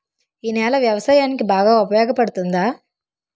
ఈ నేల వ్యవసాయానికి బాగా ఉపయోగపడుతుందా?